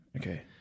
okay